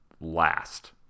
last